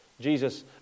Jesus